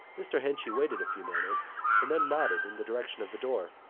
mr. henchy waited a few moments and then nodded in the direction of the door.